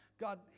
God